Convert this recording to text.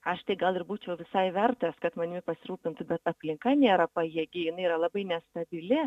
aš tai gal ir būčiau visai vertas kad manimi pasirūpintų bet aplinka nėra pajėgi jinai yra labai nestabili